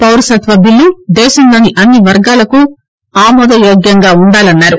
పౌరసత్వ బిల్లు దేశంలోని అన్ని వర్గాలకు ఆమోద యోగ్యంగా ఉండాలని అన్నారు